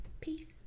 Peace